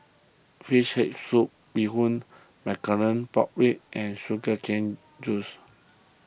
Fish Head Fruit Bee Hoon Blackcurrant Pork Ribs and Sugar Cane Juice